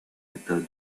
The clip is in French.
états